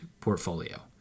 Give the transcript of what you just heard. portfolio